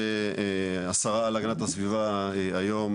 שהשרה להגנת הסביבה היום,